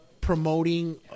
promoting